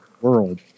world